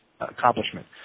accomplishment